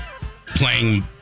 playing